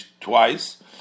twice